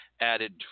Added